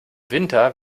winter